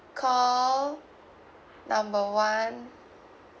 call number one